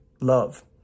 love